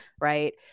right